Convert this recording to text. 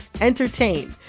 entertain